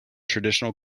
traditional